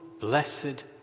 blessed